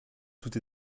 tout